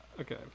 okay